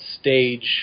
stage